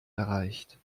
erreicht